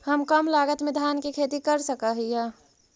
हम कम लागत में धान के खेती कर सकहिय?